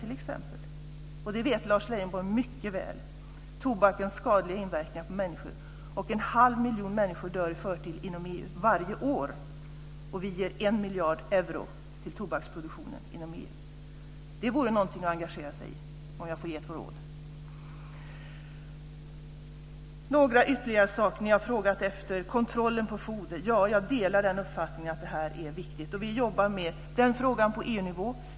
Lars Leijonborg känner mycket väl till tobakens skadliga inverkan på människor. Över en halv miljon människor dör i förtid varje år inom EU, och vi ger 1 miljard euro till tobaksproduktionen inom EU. Det vore någonting att engagera sig i, om jag får ge ett råd. Det finns några ytterligare saker som ni har frågat efter, bl.a. kontroll av foder. Jag delar uppfattningen att det är viktigt. Vi jobbar med den frågan på EU nivå.